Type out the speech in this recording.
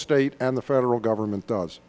state and the federal governments do